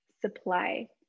supply